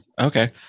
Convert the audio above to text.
Okay